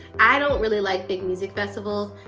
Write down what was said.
i don't really like big music festivals,